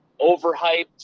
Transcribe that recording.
overhyped